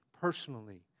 Personally